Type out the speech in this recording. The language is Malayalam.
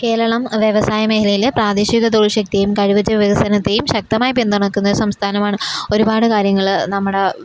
കേരളം വ്യവസായ മേഖലയിൽ പ്രാദേശിക തൊഴിൽ ശക്തിയെയും കഴിവുറ്റ വികസനത്തെയും ശക്തമായ പിന്തുണക്കുന്ന സംസ്ഥാനമാണ് ഒരുപാട് കാര്യങ്ങൾ നമ്മുടെ